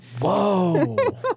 Whoa